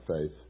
faith